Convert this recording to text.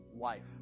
life